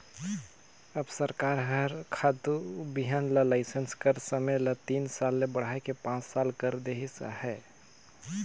अब सरकार हर खातू बीहन कर लाइसेंस कर समे ल तीन साल ले बढ़ाए के पाँच साल कइर देहिस अहे